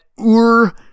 ur